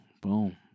Boom